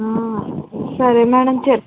సరే మేడం చెప్